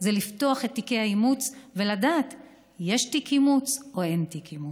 היא לפתוח את תיקי האימוץ ולדעת אם יש תיק אימוץ או אין תיק אימוץ.